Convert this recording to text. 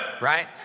Right